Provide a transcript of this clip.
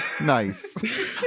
Nice